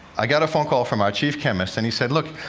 i got a phone call from our chief chemist and he said, look,